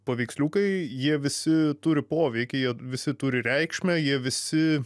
paveiksliukai jie visi turi poveikį jie visi turi reikšmę jie visi